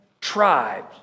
tribe